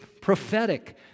prophetic